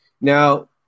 Now